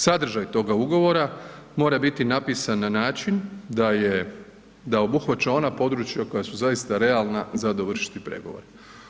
Sadržaj toga ugovora mora biti napisan na način da je, da obuhvaća ona područja koja su zaista realna za dovršiti pregovore.